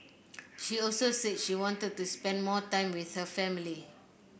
she also said she wanted to spend more time with her family